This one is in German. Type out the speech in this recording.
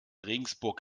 regensburg